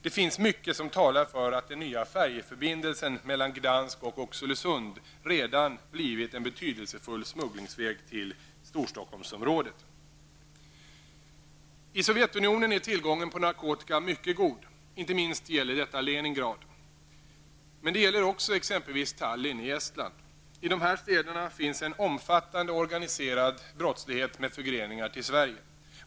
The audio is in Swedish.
Det finns mycket som talar för att den nya färjeförbindelsen mellan Gdansk och Oxelösund kommer att bli en betydelsefull smugglingsväg till Storstockholmsområdet. I Sovjetunionen är tillgången på narkotika mycket god. Inte minst gäller detta Leningrad. Men det gäller också exempelvis Tallinn i Estland. I dessa städer finns det en omfattande organiserad brottslighet med förgreningar i Sverige.